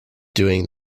doing